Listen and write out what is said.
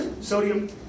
sodium